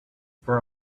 for